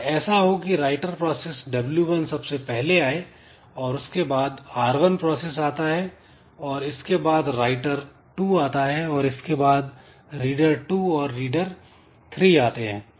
अगर ऐसा हो कि राइटर प्रोसेस w1 सबसे पहले आए और उसके बाद R1 प्रोसेस आता है और इसके बाद राइटर 2 आता है और इसके बाद रीडर टू और रीडर थ्री आते हैं